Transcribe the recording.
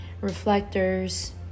reflectors